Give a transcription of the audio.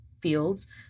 fields